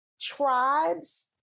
tribes